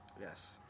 Yes